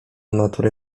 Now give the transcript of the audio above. natury